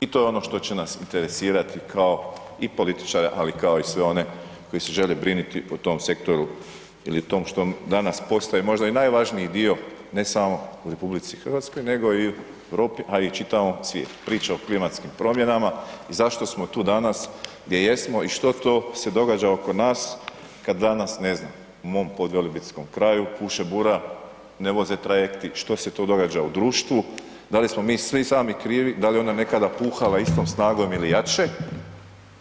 I to je ono što će nas interesirati kao i političare ali i kao sve one koji se žele brinuti o tom sektoru ili tom što danas postaje možda i najvažniji dio ne samo u RH nego i u Europi a i čitavom svijetu, priča o klimatskim promjenama i zašto smo tu danas gdje jesmo i što to se događa oko nas kad danas ne znam, u mom podvelebitskom kraju puše bura, ne voze trajekti, što se to događa u društvu, da li smo mi svi sami krivi, da li je ona nekada puhala istom snagom ili jače